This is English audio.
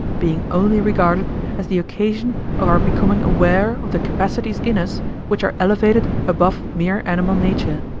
being only regarded as the occasion of our becoming aware of the capacities in us which are elevated above mere animal nature.